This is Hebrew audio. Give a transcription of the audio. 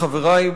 של חברי,